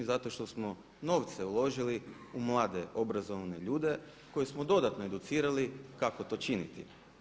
Zato što smo novce uložili u mlade obrazovane ljude koje smo dodatno educirali kako to činiti.